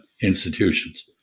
institutions